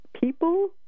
people